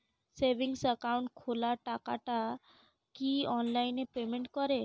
Savings account খোলা টাকাটা কি অনলাইনে পেমেন্ট করে?